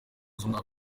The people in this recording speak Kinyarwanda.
z’umwaka